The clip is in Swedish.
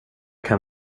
kan